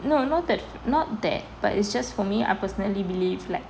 no not that not that but it's just for me I personally believe like